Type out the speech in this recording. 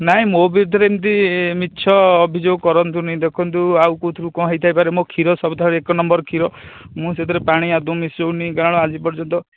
ନାଇଁ ମୋ ବିରୁଦ୍ଧରେ ଏମିତି ମିଛ ଅଭିଯୋଗ କରନ୍ତୁନି ଦେଖନ୍ତୁ ଆଉ କେଉଁଥିରୁ କ'ଣ ହୋଇଥାଇପାରେ ମୋ କ୍ଷୀର ସବୁଠାରୁ ଏକ ନମ୍ବର୍ କ୍ଷୀର ମୁଁ ସେଥିରେ ପାଣି ଆଦୌ ମିଶାଉନି କାରଣ ଆଜି ପର୍ଯ୍ୟନ୍ତ